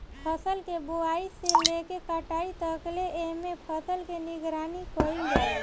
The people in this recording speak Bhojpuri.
फसल के बोआई से लेके कटाई तकले एमे फसल के निगरानी कईल जाला